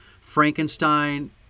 Frankenstein